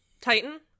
Titan